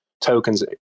tokens